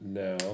no